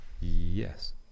Yes